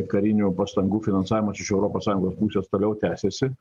karinių pastangų finansavimas iš europos sąjungos pusės toliau tęsiasi